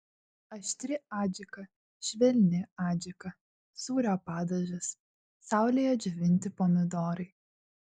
aštri adžika švelni adžika sūrio padažas saulėje džiovinti pomidorai